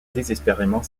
désespérément